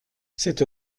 c’est